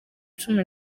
cumi